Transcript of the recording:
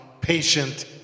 patient